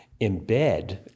embed